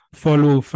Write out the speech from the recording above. follow